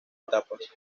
etapas